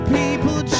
people